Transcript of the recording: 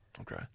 Okay